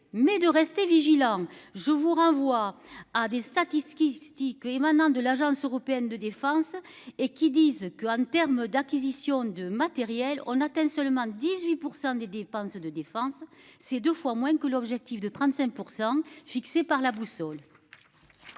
mais de rester vigilant, je vous renvoie à des statistiques il critique émanant de l'Agence européenne de défense et qui disent que, en terme d'acquisition de matériels on atteint seulement 18% des dépenses de défense. C'est 2 fois moins que l'objectif de 35% fixé par la boussole.--